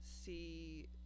see